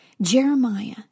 Jeremiah